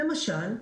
למשל,